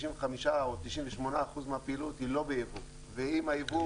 95% או 98% מהפעילות היא לא ביבוא ואם הייבוא